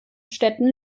städten